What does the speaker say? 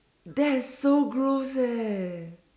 that's so gross eh